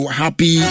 happy